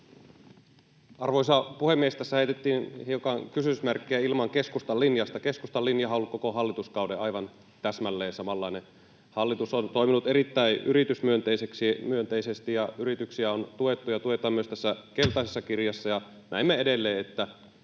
Arvoisa puhemies! Tässä heitettiin hiukan kysymysmerkkejä ilmaan keskustan linjasta. Keskustan linjahan on ollut koko hallituskauden aivan täsmälleen samanlainen. Hallitus on toiminut erittäin yritysmyönteisesti, ja yrityksiä on tuettu ja tuetaan myös tässä keltaisessa kirjassa, ja näemme edelleen, että